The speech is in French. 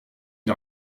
une